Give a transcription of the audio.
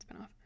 spinoff